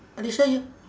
alicia you